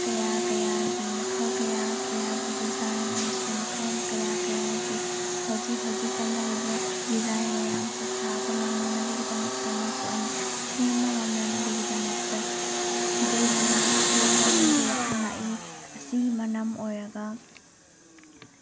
ꯀꯌꯥ ꯀꯌꯥꯒꯤ ꯃꯈꯜ ꯀꯌꯥ ꯀꯌꯥꯒꯤ ꯗꯤꯖꯥꯏꯟ ꯑꯃꯁꯨꯡ ꯃꯈꯜ ꯀꯌꯥ ꯀꯌꯥꯒꯤ ꯍꯧꯖꯤꯛ ꯍꯧꯖꯤꯛ ꯆꯠꯅꯔꯤꯕ ꯗꯤꯖꯥꯏꯟ ꯃꯌꯥꯝꯁꯦ ꯁꯥꯕ ꯉꯝꯅꯅꯕꯒꯤꯗꯃꯛꯇ ꯑꯃꯁꯨ ꯑꯩꯅ ꯁꯦꯝꯕ ꯉꯝꯅꯅꯕꯒꯤꯗꯃꯛꯇ ꯁꯤꯗꯒꯤ ꯍꯦꯟꯅ ꯑꯦꯛꯁꯄ꯭ꯂꯣꯔ ꯇꯧꯅꯤꯡꯕꯒꯤ ꯋꯥꯈꯜ ꯂꯥꯛꯏ ꯑꯁꯤꯒꯤ ꯃꯔꯝ ꯑꯣꯏꯔꯒ